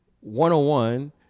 one-on-one